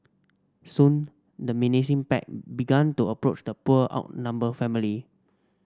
soon the menacing pack began to approach the poor outnumbered family